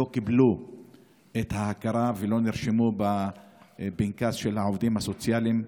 לא קיבלו הכרה ולא נרשמו בפנקס העובדים הסוציאליים.